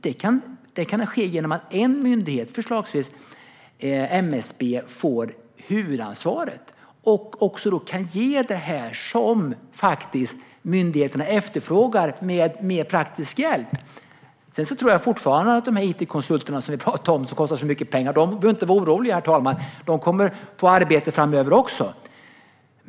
Detta kan ske genom att en myndighet, förslagsvis MSB, får huvudansvaret och då kan ge den praktiska hjälp som myndigheterna efterfrågar. Jag tror dock inte att de it-konsulter som vi talade om, som kostar så mycket pengar, behöver vara oroliga, herr talman. De kommer också att få arbete framöver.